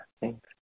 thanks